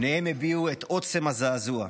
פניהם הביעו את עוצם הזעזוע.